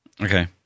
Okay